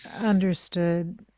understood